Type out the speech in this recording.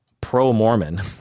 pro-Mormon